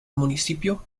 municipio